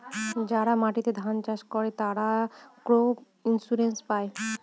যারা মাটিতে ধান চাষ করে, তারা ক্রপ ইন্সুরেন্স পায়